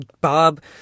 Bob